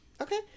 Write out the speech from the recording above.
okay